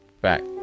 back